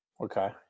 Okay